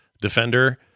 Defender